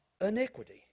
iniquity